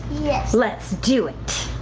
yes, let's do it.